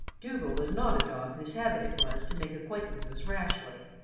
dougal was not a dog whose habit it was to make acquaintances rashly,